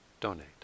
donate